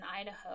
Idaho